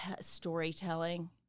storytelling